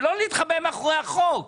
לא להתחבא מאחורי החוק.